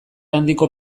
handiko